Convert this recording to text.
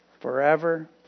forever